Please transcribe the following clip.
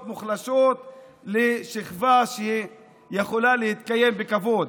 מוחלשות לשכבה שיכולה להתקיים בכבוד.